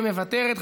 מוותרת,